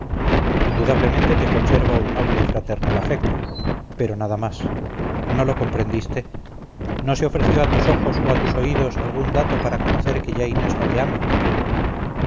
indudablemente te conserva un noble y fraternal afecto pero nada más no lo comprendiste no se ofreció a tus ojos o a tus oídos algún dato para conocer que ya inés no te ama